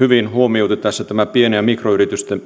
hyvin huomioitu tämä pien ja mikroyritysten